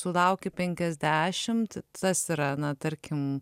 sulauki penkiasdešimt tas yra na tarkim